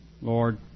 Lord